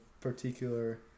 particular